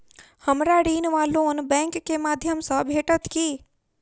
हमरा ऋण वा लोन बैंक केँ माध्यम सँ भेटत की?